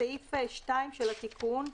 364ד2. בסעיף 2 של התיקון,